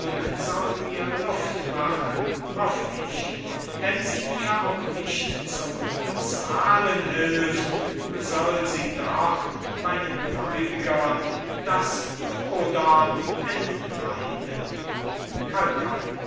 mir luft machen hoff ich wenn sie mir auch nicht zum bezahlen hilft soll sie doch meinen gläubigern das fodern entleiden